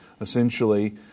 essentially